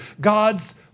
God's